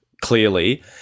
clearly